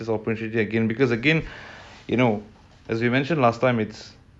this opportunity again because again you know as we mentioned last time it's